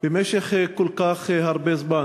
במשך כל כך הרבה זמן,